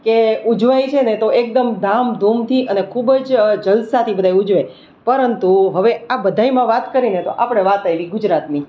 કે ઉજવાય છે ને તો એકદમ ધામધૂમથી અને ખૂબ જ જલસાથી બધાય ઊજવે પરંતુ હવે આ બધામાં વાત કરીએ ને તો આપણે વાત આવી ગુજરાતની